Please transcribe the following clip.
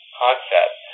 concept